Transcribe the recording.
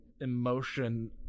emotion